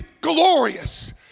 glorious